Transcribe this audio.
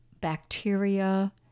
bacteria